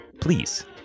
please